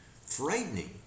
frightening